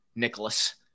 Nicholas